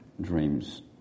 dreams